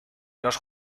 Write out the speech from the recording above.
los